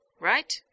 right